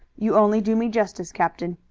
you only do me justice, captain.